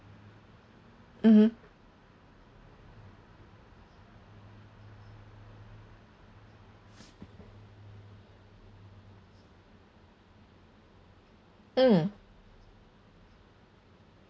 mmhmm mm